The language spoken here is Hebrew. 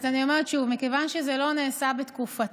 אז אני אומרת שוב, מכיוון שזה לא נעשה בתקופתי,